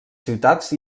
ciutats